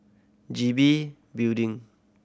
G B Building